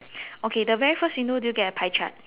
okay the very first window do you get a pie chart